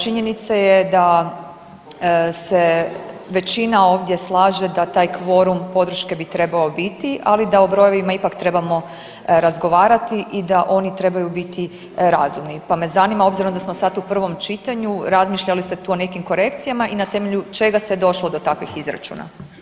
Činjenica je da se većina ovdje slaže da taj kvorum podrške bi trebao biti, ali da o brojevima ipak trebamo razgovarati i da oni trebaju biti razumni, pa me zanima obzirom da smo sad u prvom čitanju, razmišlja li se tu o nekim korekcijama i na temelju čega se došlo do takvih izračuna?